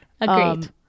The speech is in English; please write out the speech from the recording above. Agreed